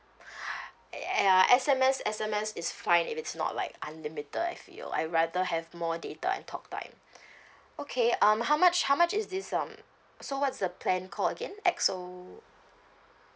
eh eh ya S_M_S S_M_S is fine if it's not like unlimited I feel I rather have more data and talk time okay um how much how much is this um so what's the plan called again X O